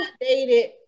dated